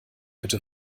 bitte